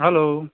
hello